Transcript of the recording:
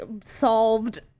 solved